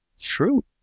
true